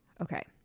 okay